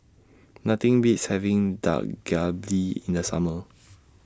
Nothing Beats having Dak Galbi in The Summer